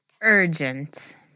urgent